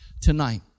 tonight